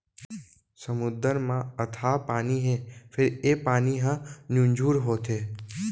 समुद्दर म अथाह पानी हे फेर ए पानी ह नुनझुर होथे